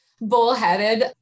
bullheaded